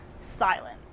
Silent